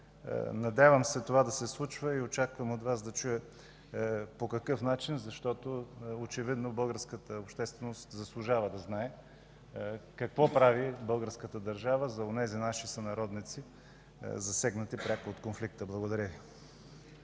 Надявам се това да се случва и очаквам от Вас да чуя по какъв начин, защото очевидно българската общественост заслужава да знае какво прави българската държава за онези наши сънародници, засегнати пряко от конфликта. ПРЕДСЕДАТЕЛ